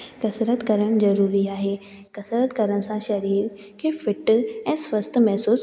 कसरत करणु ज़रूरी आहे कसरत करण सां शरीर खे फिट ऐं स्वस्थ महिसूसु